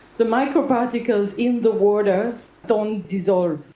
the microparticles in the water don't dissolve.